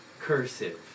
cursive